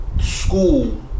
school